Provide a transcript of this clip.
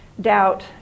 doubt